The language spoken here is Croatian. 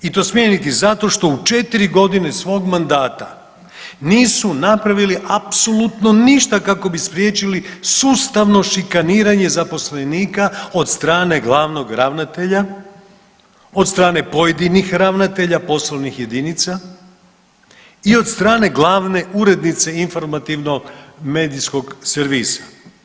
I to smijeniti zato što u 4 godine svog mandata nisu napravili apsolutno ništa kako bi spriječili sustavno šikaniranje zaposlenika od strane glavnog ravnatelja, od strane pojedinih ravnatelje poslovnih jedinica i od strane glavne urednice informativno medijskog servisa.